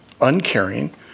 uncaring